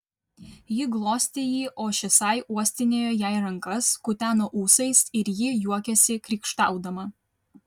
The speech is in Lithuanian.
ji glostė jį o šisai uostinėjo jai rankas kuteno ūsais ir ji juokėsi krykštaudama